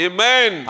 Amen